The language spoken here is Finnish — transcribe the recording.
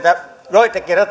joittenkin